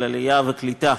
של עלייה וקליטה,